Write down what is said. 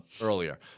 earlier